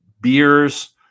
beers